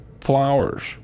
Flowers